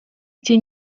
эти